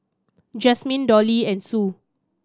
Jazmine Dolly and Sue